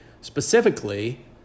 specifically